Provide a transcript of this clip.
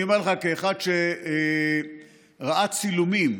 אני אומר לך, כאחד שראה צילומים.